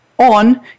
On